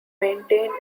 maintained